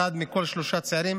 אחד מכל שלושה צעירים